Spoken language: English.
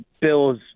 Bills